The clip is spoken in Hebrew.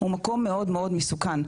הוא מקום מאוד מאוד מסוכן.